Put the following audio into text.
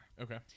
okay